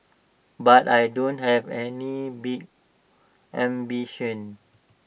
but I don't have any big ambitions